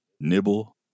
Nibble